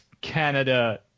Canada